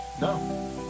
no